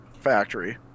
factory